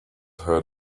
heard